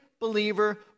believer